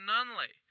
Nunley